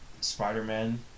Spider-Man